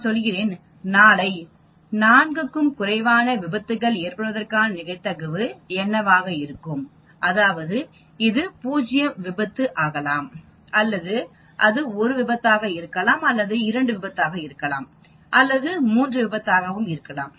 நான் சொல்கிறேன் நாளை 4 க்கும் குறைவான விபத்துகள் ஏற்படுவதற்கான நிகழ்தகவு என்னவாக இருக்கும் அதாவது இது 0 விபத்து ஆகலாம் அல்லது அது 1 விபத்தாக இருக்கலாம் அல்லது அது 2 விபத்தாக இருக்கலாம் அல்லது அது 3 விபத்தாக இருக்கலாம்